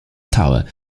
tower